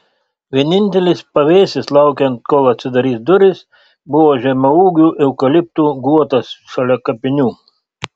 vienintelis pavėsis laukiant kol atsidarys durys buvo žemaūgių eukaliptų guotas šalia kapinių